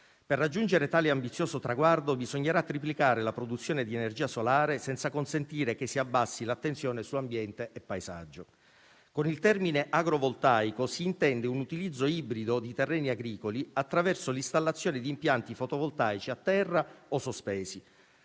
Per raggiungere tale ambizioso traguardo, bisognerà triplicare la produzione di energia solare senza consentire che si abbassi l'attenzione su ambiente e paesaggio. Con il termine "agrovoltaico" si intende un utilizzo ibrido di terreni agricoli attraverso l'installazione di impianti fotovoltaici a terra o sospesi.